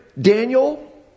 Daniel